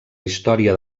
història